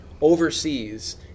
overseas